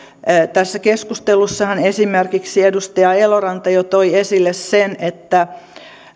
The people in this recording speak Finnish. tässä keskustelussahan esimerkiksi edustaja eloranta jo toi esille sen että